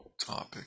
topic